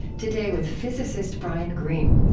today, with physicist brian greene.